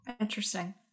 Interesting